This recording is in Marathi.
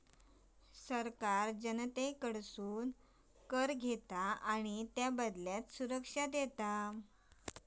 सरकार जनतेकडना कर घेता आणि त्याबदल्यात सुरक्षा देता